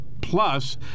plus